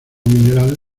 mineral